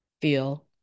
feel